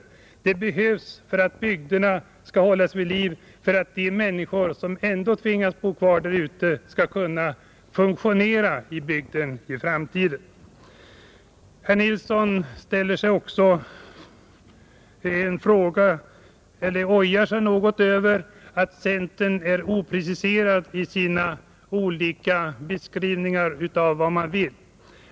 Herr Nilsson ojar sig över att centern är opreciserad i sina beskrivningar av vad man vill.